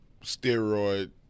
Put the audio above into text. steroid